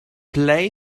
play